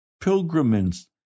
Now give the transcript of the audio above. pilgrims